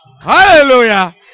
hallelujah